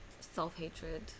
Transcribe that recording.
Self-hatred